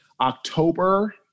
October